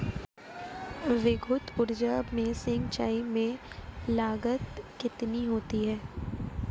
विद्युत ऊर्जा से सिंचाई में लागत कितनी होती है?